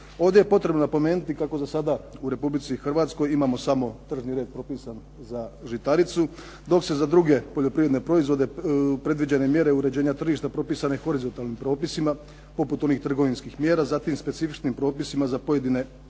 Ovdje je potrebno napomenuti kako za sada u Republici Hrvatskoj imamo samo tržni red propisan za žitaricu dok se za druge poljoprivredne proizvode predviđene mjere uređenja tržišta propisane horizontalnim propisima poput onih trgovinskih mjera, zatim specifičnim propisima za pojedine proizvode,